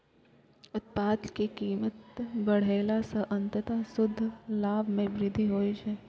उत्पाद के कीमत बढ़ेला सं अंततः शुद्ध लाभ मे वृद्धि होइ छै